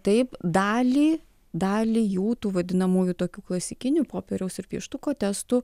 taip dalį dalį jų tų vadinamųjų tokių klasikinių popieriaus ir pieštuko testų